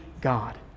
God